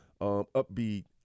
upbeat